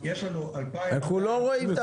יש לנו 2,200 --- אנחנו לא רואים את